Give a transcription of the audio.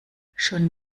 schon